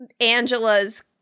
Angela's